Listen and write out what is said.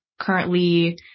currently